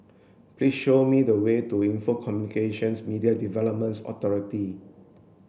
please show me the way to Info Communications Media Development Authority